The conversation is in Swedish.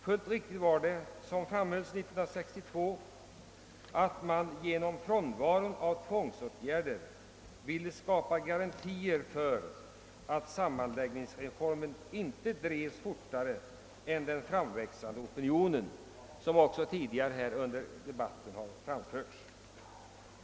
Med rätta framhölls det år 1962 att man genom frånvaron av tvångsåtgärder ville skapa garantier för att sammanläggningsreformen inte drevs fortare än den framväxande opinionen medgav; detta har påpekats tidigare under dagens debatt.